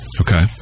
Okay